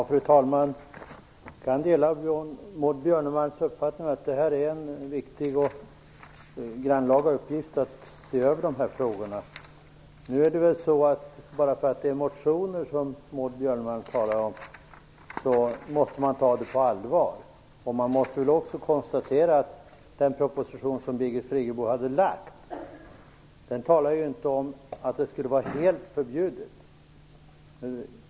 Fru talman! Jag kan dela Maud Björnemalms uppfattning att det är en viktig och grannlaga uppgift att se över frågorna. Maud Björnemalm talar om motioner, och de måste tas på allvar. I den proposition som Birgit Friggebo lagt fram föreslås det inte att det skulle vara fråga om ett förbud.